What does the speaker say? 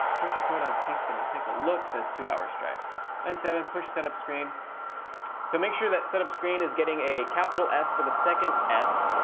post your code on pastebin, i'll take a look, says twohourstrike. line seven, push setup screen so make sure that setup screen is getting a capital s for the second s.